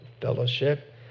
fellowship